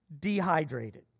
dehydrated